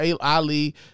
Ali